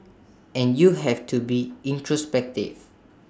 and you have to be introspective